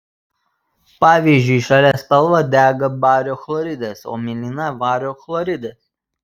pavyzdžiui žalia spalva dega bario chloridas o mėlyna vario chloridas